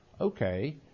Okay